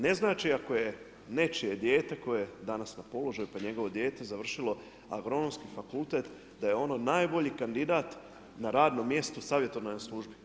Ne znači ako je nečije dijete koje je danas na položaju, pa je njegovo dijete završilo Agronomski fakultet da je ono najbolji kandidat na radnom mjestu u savjetodavnoj službi.